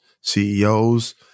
CEOs